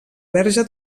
verge